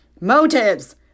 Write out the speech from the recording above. motives